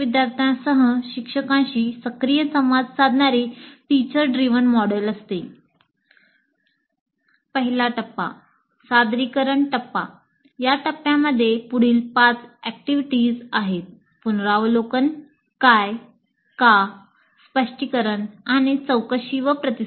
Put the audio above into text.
पहिला टप्पा सादरीकरण टप्पा आहेतः पुनरावलोकन काय का स्पष्टीकरण आणि चौकशी व प्रतिसाद